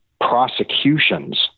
prosecutions